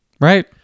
Right